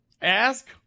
Ask